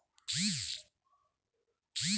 बिजलीचा बहर जलद कसा बनवू शकतो?